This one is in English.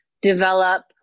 develop